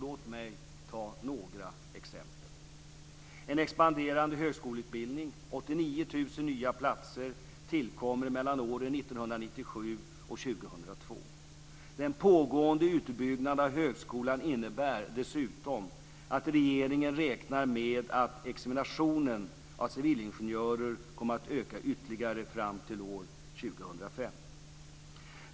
Låt mig ta några exempel. Det blir en expanderande högskoleutbildning. 2002. Den pågående utbyggnaden av högskolan innebär dessutom att regeringen räknar med att examinationen av civilingenjörer kommer att öka ytterligare fram till år 2005.